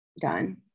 done